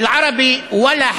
(אומר בערבית: בערבית,